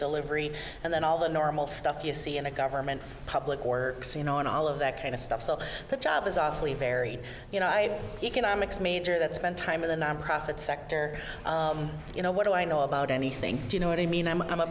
delivery and then all the normal stuff you see in a government public or you know and all of that kind of stuff so the job is awfully varied you know i economics major that spend time in the nonprofit sector you know what do i know about anything you know what i mean i'm i'm a